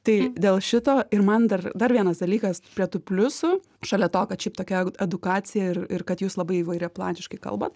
tai dėl šito ir man dar dar vienas dalykas prie tų pliusų šalia to kad šiaip tokia edukacija ir ir kad jūs labai įvairiaplaniškai kalbat